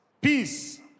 Peace